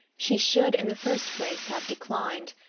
she should in the first place have declined,